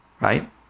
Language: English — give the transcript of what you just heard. right